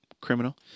criminal